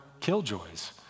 killjoys